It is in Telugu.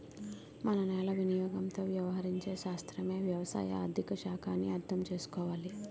మన నేల వినియోగంతో వ్యవహరించే శాస్త్రమే వ్యవసాయ ఆర్థిక శాఖ అని అర్థం చేసుకోవాలి